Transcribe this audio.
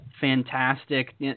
fantastic